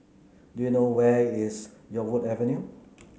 do you know where is Yarwood Avenue